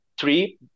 three